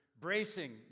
bracing